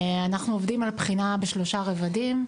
אנחנו עובדים על בחינה בשלושה רבדים,